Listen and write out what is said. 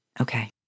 Okay